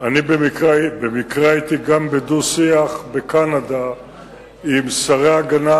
במקרה הייתי גם בדו-שיח בקנדה עם שרי הגנה